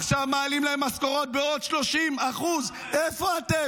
עכשיו מעלים להם משכורות בעוד 30%. איפה אתם?